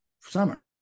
summer